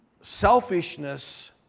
selfishness